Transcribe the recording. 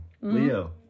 Leo